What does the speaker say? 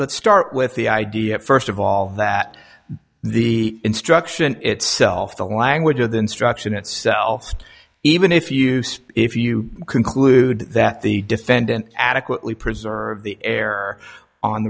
let's start with the idea st of all that the instruction itself the language of the instruction itself even if you if you conclude that the defendant adequately preserve the